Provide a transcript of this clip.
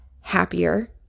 happier